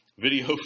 Video